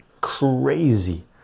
crazy